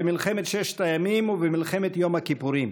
במלחמת ששת הימים ובמלחמת יום הכיפורים,